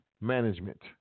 Management